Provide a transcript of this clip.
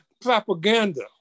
propaganda